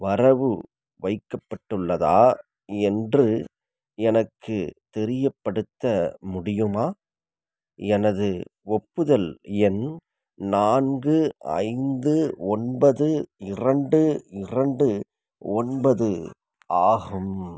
வரவு வைக்கப்பட்டுள்ளதா என்று எனக்குத் தெரியப்படுத்த முடியுமா எனது ஒப்புதல் எண் நான்கு ஐந்து ஒன்பது இரண்டு இரண்டு ஒன்பது ஆகும்